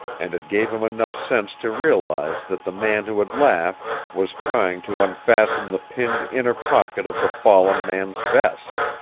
and it gave him enough sense to realize that the man who had laughed was trying to unfasten the pinned inner pocket of the fallen man's vest.